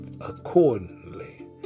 accordingly